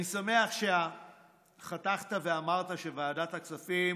אני שמח שחתכת ואמרת שוועדת הכספים